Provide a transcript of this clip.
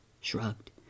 shrugged